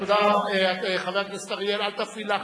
תודה, חבר הכנסת אריאל, אל תפעיל לחץ.